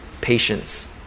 patience